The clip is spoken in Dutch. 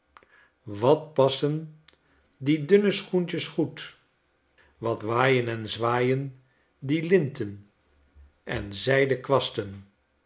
wat passen die dunne schoentjes goed wat waaien en zwaaien die linten en zijden kwasten